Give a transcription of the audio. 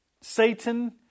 Satan